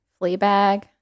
Fleabag